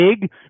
big